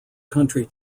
country